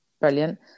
brilliant